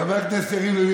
חברי הכנסת יריב לוין,